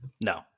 No